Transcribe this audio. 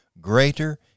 greater